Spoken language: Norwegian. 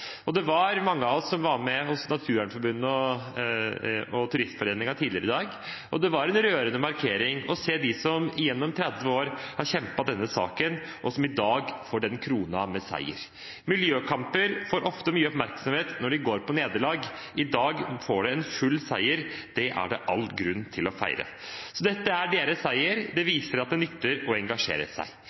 Det var mange av oss som var hos Naturvernforbundet og Turistforeningen tidligere i dag, og det var en rørende markering, det å se dem som gjennom 30 år har kjempet for denne saken, og som i dag får kronet den med seier. Miljøkamper får ofte mye oppmerksomhet når man går på nederlag. I dag får man full seier. Det er det all grunn til å feire. Så dette er deres seier. Det viser at det nytter å engasjere seg.